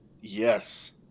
Yes